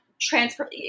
Transfer